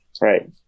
Right